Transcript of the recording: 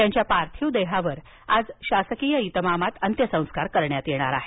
त्यांच्या पार्थिव देशावर आज शासकीय इतमामात अंत्यसंस्कार करण्यात येणार आहेत